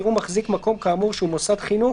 יראו מחזיק מקום כאמור שהוא מוסד חינוך